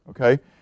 Okay